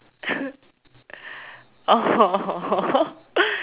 oh